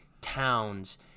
towns